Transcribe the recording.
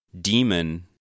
Demon